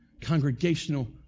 Congregational